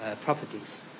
properties